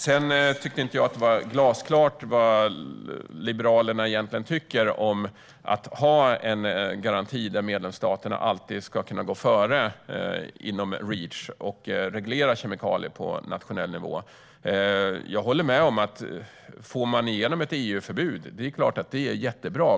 Jag tyckte inte att det var glasklart vad Liberalerna egentligen tycker om att ha en garanti där medlemsstaterna alltid ska kunna gå före inom Reach och reglera kemikalier på nationell nivå. Jag håller med om att det är jättebra om man får igenom ett EU-förbud.